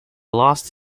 lost